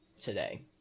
today